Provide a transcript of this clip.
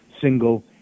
single